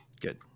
Good